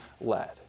led